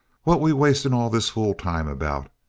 what we wasting all this fool time about?